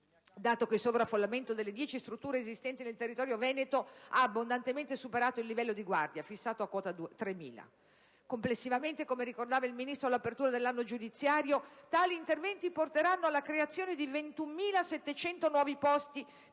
dato che il sovraffollamento delle 10 strutture esistenti nel territorio veneto ha abbondantemente superato il livello di guardia, fissato a quota 3.000. Complessivamente, come ricordava il Ministro all'apertura dell'anno giudiziario, tali interventi porteranno alla creazione di 21.700 nuovi posti